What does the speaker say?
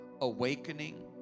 awakening